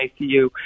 ICU